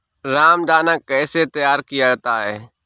रामदाना कैसे तैयार किया जाता है?